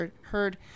heard